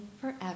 forever